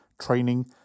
training